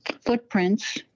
footprints